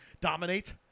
dominate